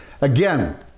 Again